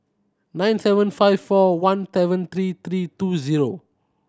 nine seven five four one seven three three two zero